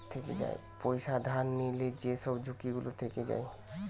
পয়সা ধার লিলে যেই সব ঝুঁকি গুলা থিকে যায়